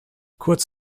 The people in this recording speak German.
kurz